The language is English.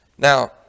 Now